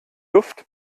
luft